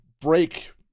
break